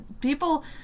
people